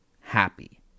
happy